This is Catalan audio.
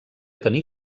tenir